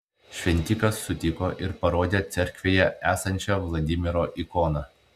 šventikas sutiko ir parodė cerkvėje esančią vladimiro ikoną